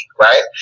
right